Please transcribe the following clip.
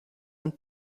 and